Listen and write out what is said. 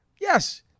Yes